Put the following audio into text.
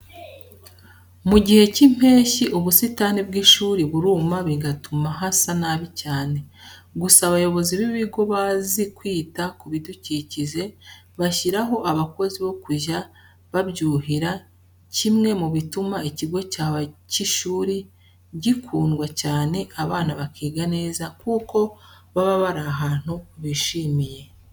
Mu gihe cy'impeshyi ubusitani bw'ishuri buruma bigatuma hasa nabi cyane, gusa abayobozi b'ibigo bazi kwita ku bidukikije, bashyiraho abakozi bo kujya babyuhira, kimwe mu bituma ikigo cyawe cy'ishuri gikundwa cyane abana bakiga neza kuko baba bari ahantu bishimiye.